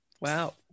wow